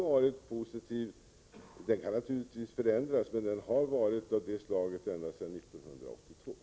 Denna utveckling kan naturligtvis förändras, men den har varit positiv ända sedan 1982.